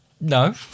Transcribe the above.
No